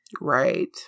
right